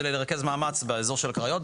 זה לרכז מאמץ באזור של הקריות,